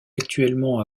actuellement